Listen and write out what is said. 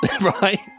Right